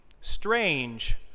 strange